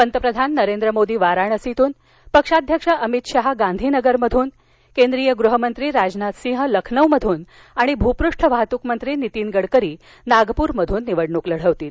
पंतप्रधान नरेंद्र मोदी वाराणसीतून पक्षाध्यक्ष अमित शहा गांधीनगर मधून केंद्रीय गृहमंत्री राजनाथ सिंह लखनौतून आणि भूपृष्ठवाहतूक मंत्री नीतीन गडकरी नागपुरातून निवडणुक लढवतील